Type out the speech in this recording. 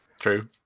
true